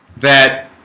that